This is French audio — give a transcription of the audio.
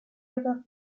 erreur